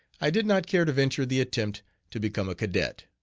i did not care to venture the attempt to become a cadet.